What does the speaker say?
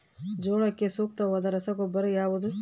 ಜೋಳಕ್ಕೆ ಸೂಕ್ತವಾದ ರಸಗೊಬ್ಬರ ಯಾವುದು?